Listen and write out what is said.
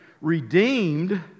redeemed